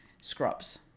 Scrubs